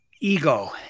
Ego